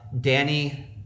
Danny